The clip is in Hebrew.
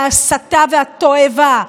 וההסתה והתועבה,